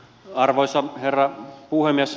arvoisa herra puhemies